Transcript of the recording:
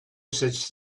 such